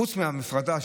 חוץ מההפרדה,